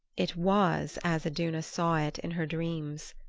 it was as iduna saw it in her dreams.